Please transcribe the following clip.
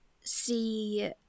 see